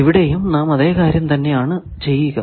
ഇവിടെയും നാം അതെ കാര്യം തന്നെ ആണ് ചെയ്യുക